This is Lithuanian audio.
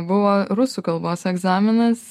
buvo rusų kalbos egzaminas